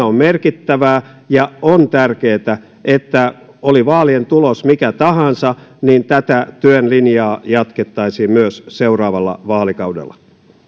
on merkittävää ja on tärkeätä että oli vaalien tulos mikä tahansa niin tätä työn linjaa jatkettaisiin myös seuraavalla vaalikaudella